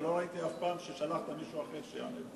ולא ראיתי אף פעם ששלחת מישהו אחר שיענה במקומך.